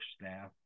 staff